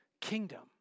kingdom